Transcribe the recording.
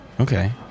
okay